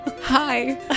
Hi